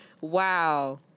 wow